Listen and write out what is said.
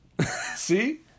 See